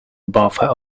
buffer